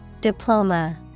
Diploma